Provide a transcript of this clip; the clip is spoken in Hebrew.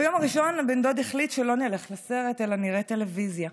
ביום הראשון בן הדוד החליט שלא נלך לסרט אלא נראה טלוויזיה.